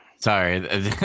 Sorry